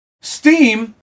Steam